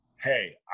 Hey